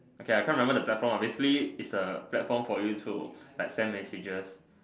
okay I can't remember the platform basically its a platform for you to like send messages